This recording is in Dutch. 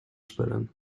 spullen